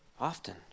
Often